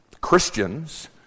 Christians